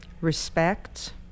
respect